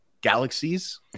galaxies